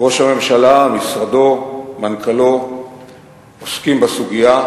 ראש הממשלה, משרדו, מנכ"לו עוסקים בסוגיה.